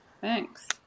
thanks